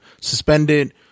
suspended